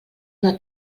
una